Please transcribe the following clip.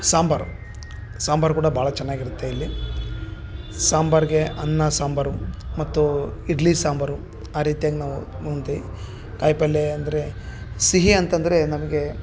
ಸಾಂಬಾರು ಸಾಂಬಾರು ಕೂಡ ಭಾಳ ಚೆನ್ನಾಗಿರತ್ತೆ ಇಲ್ಲಿ ಸಾಂಬಾರಿಗೆ ಅನ್ನ ಸಾಂಬಾರು ಮತ್ತು ಇಡ್ಲಿ ಸಾಂಬಾರು ಆ ರೀತಿಯಾಗಿ ನಾವು ಉಂತಿ ಕಾಯಿ ಪಲ್ಯ ಅಂದರೆ ಸಿಹಿ ಅಂತಂದರೆ ನಮಗೆ